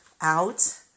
out